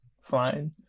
fine